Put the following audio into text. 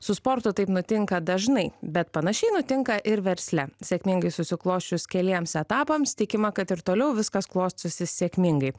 su sportu taip nutinka dažnai bet panašiai nutinka ir versle sėkmingai susiklosčius keliems etapams tikima kad ir toliau viskas klostysis sėkmingai